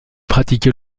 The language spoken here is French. pratiqué